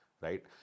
right